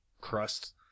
Crust